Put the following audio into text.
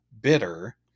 bitter